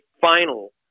final